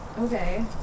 Okay